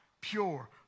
pure